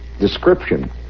description